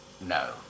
No